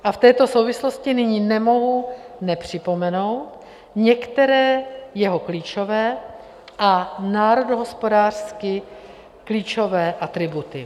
V této souvislosti nyní nemohu nepřipomenout některé jeho klíčové a národohospodářsky klíčové atributy.